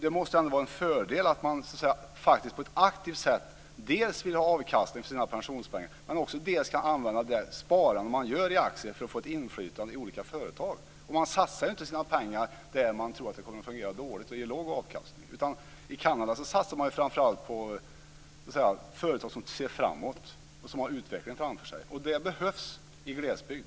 Det måste ändå vara en fördel att man på ett aktivt sätt dels vill ha avkastning på sina pensionspengar, dels också kan använda det sparande man har i aktier till att få ett inflytande i olika företag. Man satsar ju inte sina pengar där man tror att det kommer att fungera dåligt och ge låg avkastning. I Kanada satsar man framför allt på företag som ser framåt och som har en utveckling framför sig. Och det behövs i glesbygd.